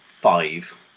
five